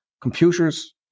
computers